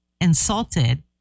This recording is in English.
insulted